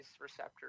receptor